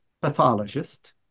pathologist